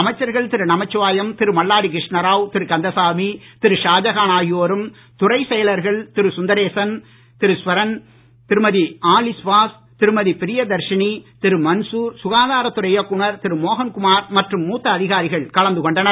அமைச்சர்கள் திரு நமச்சிவாயம் திரு மல்லாடி கிருஷ்ணாராவ் திரு கந்தசாமி திரு ஷாஜஹான் ஆகியோரும் துறைச் செயலர்கள் திரு சுந்தரேசன் திரு ஸ்ரன் திருமதி ஆலிஸ் வாஸ் திருமதி பிரியதர்ஷினி திரு மன்சூர் சுகாதாரத்துறை இயக்குனர் திரு மோகன் குமார் மற்றும் மூத்த அதிகாரிகள் கலந்து கொண்டனர்